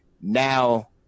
Now